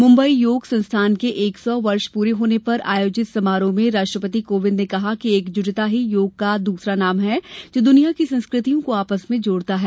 मुम्बई योग संस्थान के एक सौ वर्ष पूरे होने पर आयोजित समारोह में राष्ट्रपति कोविन्द ने कहा कि एकजुटता ही योग का दूसरा नाम है जो दुनिया की संस्कृतियों को आपस में जोडता है